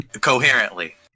coherently